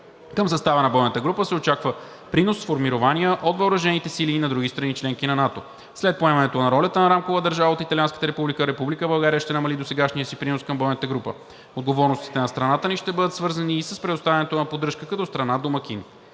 Към състава на бойната група се очаква принос на формирования от въоръжените сили и на други страни – членки на НАТО. След поемането на ролята на Рамкова държава от Италианската република Република България ще намали досегашния си принос към бойната група. Отговорностите на страната ни ще бъдат свързани и с предоставянето на поддръжка като страна домакин.